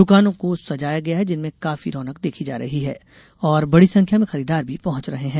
द्रकानों को सजाया गया है जिनमें काफी रौनक देखी जा रही है और बड़ी संख्या में खरीदार भी पहुंच रहे हैं